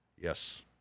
Yes